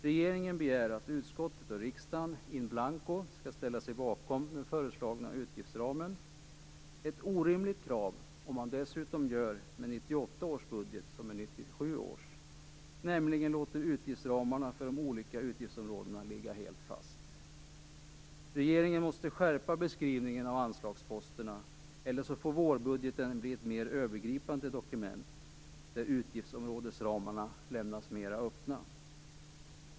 Regeringen begär att utskottet och riksdagen in blanco skall ställa sig bakom den föreslagna utgiftsramen. Det är ett orimligt krav om man dessutom gör med 1998 års budget som med 1997 års, nämligen låter utgiftsramarna för de olika utgiftsområdena ligga helt fast. Regeringen måste skärpa beskrivningen av anslagsposterna, eller så får vårbudgeten bli ett mer övergripande dokument där utgiftsområdesramarna lämnas mera öppna.